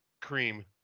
cream